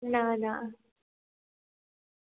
ના ના